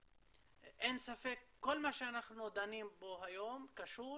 אין ספק, כל מה שאנחנו דנים פה היום קשור